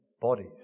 bodies